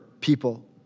people